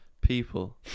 people